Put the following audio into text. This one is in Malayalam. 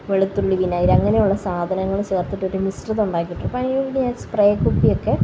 വെളുത്തുള്ളി വിനാഗിരി അങ്ങനെയുള്ള സാധനങ്ങള് ചേര്ത്തിട്ടൊരു മിശ്രിതം ഉണ്ടാക്കി അതിനു വേണ്ടി സ്പ്രേ കുപ്പിയൊക്കെ